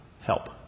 help